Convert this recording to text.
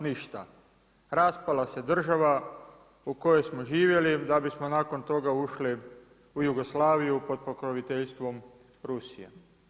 Ništa, raspala se država u kojoj smo živjeli da bismo nakon toga ušli u Jugoslaviju pod pokroviteljstvom Rusije.